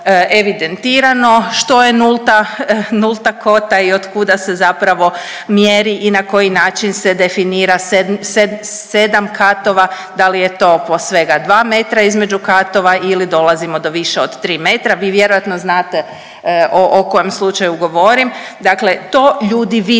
Što je nulta kvota i od kuda se zapravo mjeri i na koji način se definira 7 katova da li je to po svega 2 metra između katova ili dolazimo do više od 3 metra. Vi vjerojatno znate o kojem slučaju govorim. Dakle, to ljudi vide,